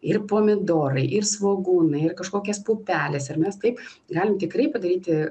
ir pomidorai ir svogūnai ir kažkokias pupelės ir mes taip galim tikrai padaryti